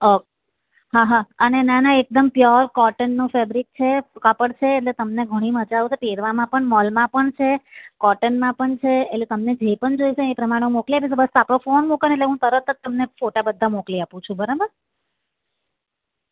okay હા હા અને ના ના એકદમ પ્યોર કોટનનું ફેબ્રીક છે કાપડ છે એટલે તમને ઘણી મજા આવશે પહેરવામાં પણ મલમાં પણ છે કોટનમાં પણ છે એટલે તમને જે પણ જોઈશે એ પ્રમાણે હું મોકલી આપીશ બસ આપણો ફોન મૂકોને એટલે હું તરત જ ફોટા બધાં મોકલી આપું છું બરાબર